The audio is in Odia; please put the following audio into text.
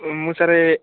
ମୁଁ ସାର୍